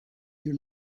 you